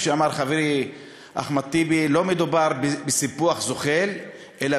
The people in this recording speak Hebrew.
איך שאמר חברי אחמד טיבי: לא מדובר בסיפוח זוחל אלא